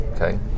okay